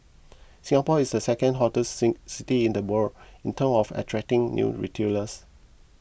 Singapore is the second hottest city in the world in terms of attracting new retailers